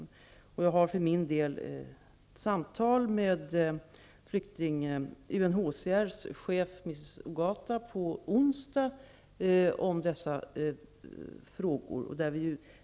För min del skall jag ha ett samtal med UNHCR:s chef, mrs Ogata, om dessa frågor på onsdag.